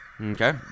Okay